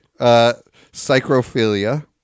Psychrophilia